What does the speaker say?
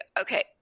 Okay